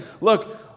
look